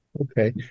Okay